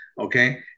Okay